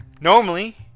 Normally